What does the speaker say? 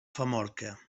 famorca